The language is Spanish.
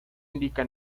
indica